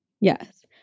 Yes